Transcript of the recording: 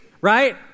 right